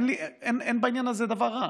אין בעניין הזה דבר רע.